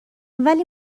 ولی